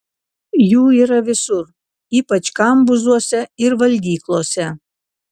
jų yra visur ypač kambuzuose ir valgyklose